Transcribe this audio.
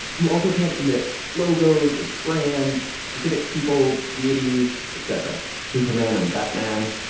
you also can't submit logos or brands, specific people, deities, et cetera superman and batman,